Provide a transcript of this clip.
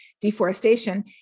deforestation